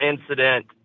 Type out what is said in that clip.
incident